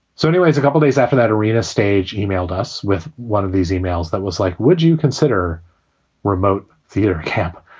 so anyways, a couple days after that arena stage emailed us with one of these e-mails that was like, would you consider remote theater camp?